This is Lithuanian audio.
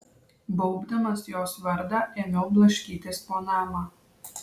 baubdamas jos vardą ėmiau blaškytis po namą